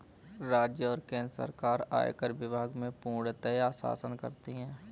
राज्य और केन्द्र सरकार आयकर विभाग में पूर्णतयः शासन करती हैं